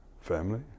family